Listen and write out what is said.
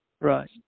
Right